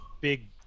big